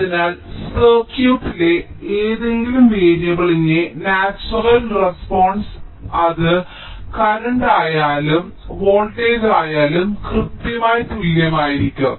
അതിനാൽ സർക്യൂട്ടിലെ ഏതെങ്കിലും വേരിയബിളിന്റെ നാച്ചുറൽ റെസ്പോണ്സ്സ് അത് കറന്റായാലും വോൾട്ടേജായാലും കൃത്യമായി തുല്യമായിരിക്കും